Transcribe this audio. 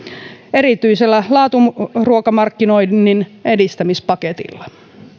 erityisellä laaturuokamarkkinoinnin edistämispaketilla